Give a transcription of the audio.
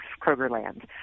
Krogerland